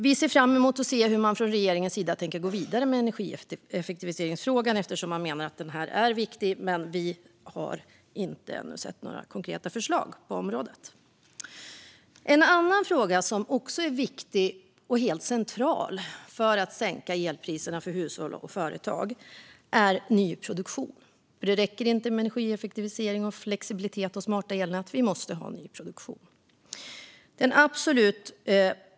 Vi ser fram emot att se hur man från regeringens sida tänker gå vidare med energieffektiviseringsfrågan, eftersom man menar att den är viktig. Vi har ännu inte sett några konkreta förslag på området. En annan fråga som är viktig och helt central för att sänka elpriserna för hushåll och företag är ny produktion. Det räcker inte med energieffektivisering, flexibilitet och smarta elnät. Vi måste ha ny produktion.